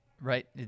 Right